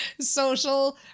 social